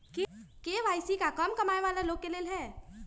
KYC का कम कमाये वाला लोग के लेल है?